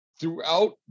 Throughout